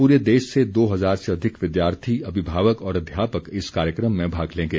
पूरे देश से दो हजार से अधिक विद्यार्थी अभिभावक और अध्यापक इस कार्यक्रम में भाग लेंगे